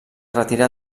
retirà